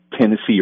Tennessee